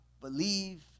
believe